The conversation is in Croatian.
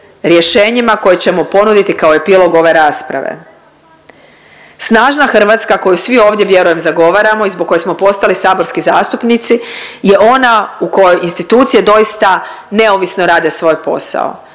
rješenjima koja ćemo ponuditi kao epilog ove rasprave. Snažna Hrvatska koju svi ovdje vjerujem zagovaramo i zbog koje smo postali saborski zastupnici je ona u kojoj institucije doista neovisno rade svoj posao,